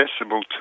accessible